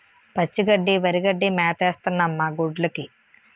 పచ్చి గడ్డి వరిగడ్డి మేతేస్తన్నం మాగొడ్డ్లుకి